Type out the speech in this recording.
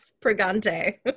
Pregante